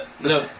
no